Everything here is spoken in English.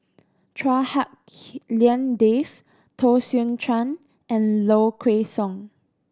Chua Hak Lien Dave Teo Soon Chuan and Low Kway Song